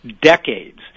decades